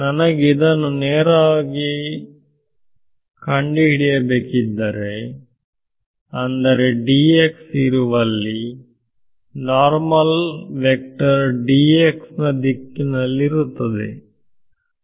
ನನಗೆ ಇದನ್ನು ನೇರವಾಗಿ ನಲ್ಲಿ ಕಂಡುಹಿಡಿಯಬೇಕಿದ್ದರೆ ಅಂದರೆ ಇರುವಲ್ಲಿ ನೋರ್ಮಲ್ ವೆಕ್ಟರ್ ನ ದಿಕ್ಕಿನಲ್ಲಿರುತ್ತದೆ